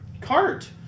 cart